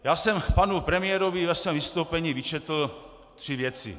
Já jsem panu premiérovi ve svém vystoupení vyčetl tři věci.